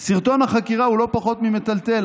הדברים הבאים: "סרטון החקירה הוא לא פחות ממטלטל.